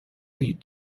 heat